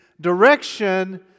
direction